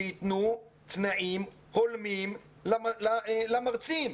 שייתנו תנאים הולמים למרצים.